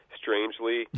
strangely